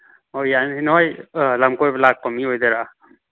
ꯍꯣꯏ ꯌꯥꯅꯤ ꯅꯣꯏ ꯂꯝ ꯀꯣꯏꯕ ꯂꯥꯛꯄ ꯃꯤ ꯑꯣꯏꯗꯣꯏꯔꯥ